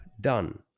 done